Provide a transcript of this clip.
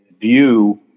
view